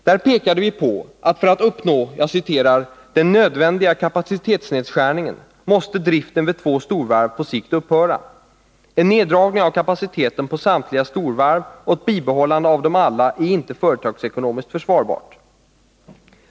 Där pekade vi på att för att uppnå ”den nödvändiga kapacitetsnedskärningen måste driften vid två storvarv på sikt upphöra. En neddragning av kapaciteten på samtliga storvarv och ett bibehållande av dem alla är inte företagsekonomiskt försvarbart.